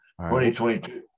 2022